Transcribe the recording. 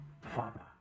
Father